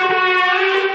חברי הכנסת והמוזמנים